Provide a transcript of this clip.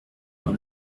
par